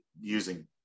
using